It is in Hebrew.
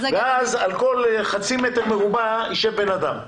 ואז על כל חצי מטר מרובע ישב בן אדם.